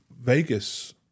Vegas